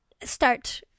start